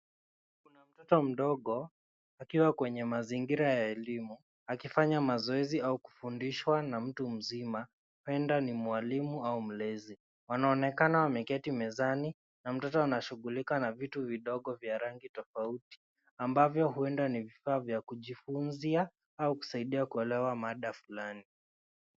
Kuna mtoto mdogo akiwa kwenye mazingira ya elimu akifanya mazoezi au kufundishwa na mtu mzima huenda ni mwalimu au mlezi. Wanaonekana wameketi mezani na mtoto anashughulika na vitu vidogo vya rangi tofauti ambavyo huenda ni vifaa vya kujifunzia au kusaidia kuelewa mada fulani.